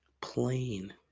Plain